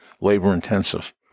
labor-intensive